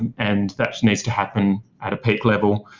and and that needs to happen at a peak level.